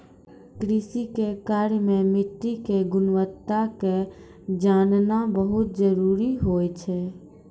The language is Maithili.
कृषि के कार्य मॅ मिट्टी के गुणवत्ता क जानना बहुत जरूरी होय छै